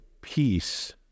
peace